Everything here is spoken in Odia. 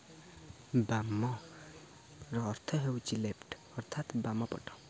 ବାମର ଅର୍ଥ ହେଉଛି ଲେପ୍ଟ ଅର୍ଥାତ ବାମପଟ